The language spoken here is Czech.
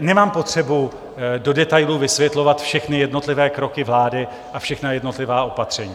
Nemám potřebu do detailu vysvětlovat všechny jednotlivé kroky vlády a všechna jednotlivá opatření.